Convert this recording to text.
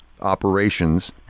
Operations